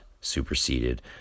superseded